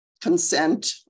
consent